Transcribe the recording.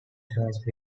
church